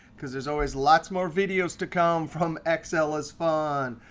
because there's always lots more videos to come from excelisfun.